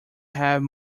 have